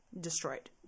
destroyed